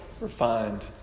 refined